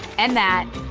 and that.